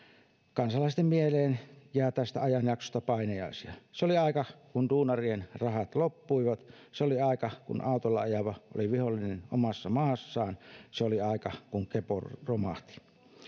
kansalaisten mieleen jää tästä ajanjaksosta painajaisia se oli aika kun duunarien rahat loppuivat se oli aika kun autolla ajava oli vihollinen omassa maassaan se oli aika kun kepu romahti